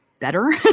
better